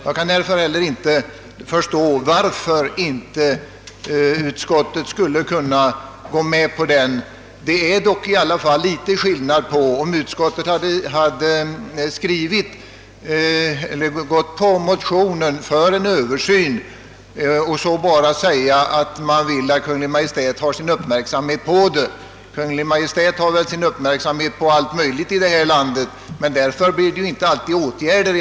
Jag förstår därför som sagt inte varför utskottet inte kunde tillstyrka motionen, Det är i alla fall skillnad mellan å ena sidan att tillstyrka en översyn och å andra sidan bara säga att Kungl. Maj:t bör ha sin uppmärksamhet riktad på saken. Kungl. Maj:t har sin uppmärksamhet riktad på allt möjligt här i landet utan att detta alltid leder till några åtgärder.